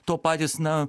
to patys na